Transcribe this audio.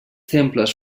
temples